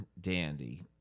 dandy